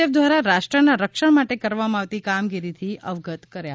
F દ્વારા રાષ્ટ્રના રક્ષણ માટે કરવામાં આવતી કામગીરીથી અવગત કરાવ્યા હતા